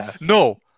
No